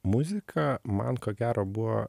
muzika man ko gero buvo